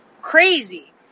crazy